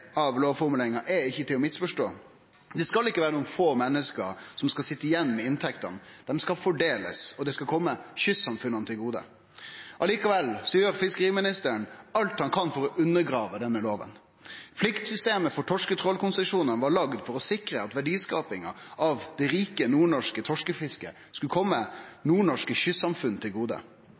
av lovformuleringa er ikkje til å misforstå. Det skal ikkje vere nokre få menneske som skal sitje igjen med inntektene. Dei skal fordelast, og dei skal kome kystsamfunna til gode. Likevel gjer fiskeriministeren alt han kan for å undergrave denne lova. Pliktsystemet for torsketrålkonsesjonane var laga for å sikre at verdiskapinga av det rike nordnorske torskefisket skulle kome nordnorske kystsamfunn til gode.